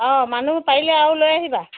অঁ মানুহ পাৰিলে আৰু লৈ আহিবা